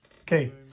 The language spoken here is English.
Okay